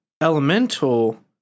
Elemental